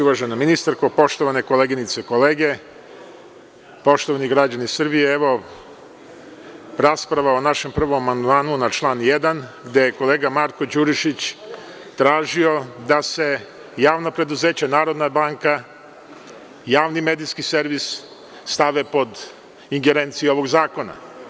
Uvažena ministarko, poštovane koleginice i kolege, poštovani građani Srbije, evo, rasprava o našem prvom amandmanu na član 1. gde je kolega Marko Đurišić tražio da se javna preduzeća Narodna banka, Javni medijski servis stave pod ingerencije ovog zakona.